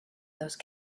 those